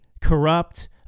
corrupt